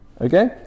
Okay